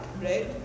right